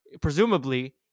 presumably